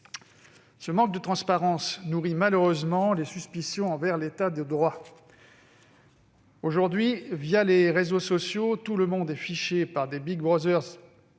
Ce manque de transparence nourrit malheureusement les suspicions envers l'État de droit. Aujourd'hui, via les réseaux sociaux, tout le monde est fiché par des Big Brother